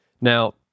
Now